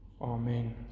Amen